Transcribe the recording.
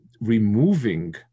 removing